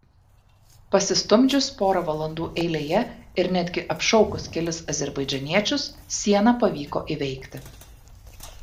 pasistumdžius porą valandų eilėje ir netgi apšaukus kelis azerbaidžaniečius sieną pavyko įveikti